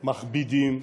מכבידים.